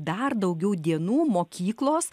dar daugiau dienų mokyklos